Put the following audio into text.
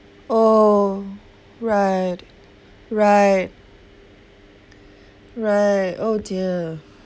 oh right right right oh dear